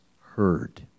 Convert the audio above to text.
heard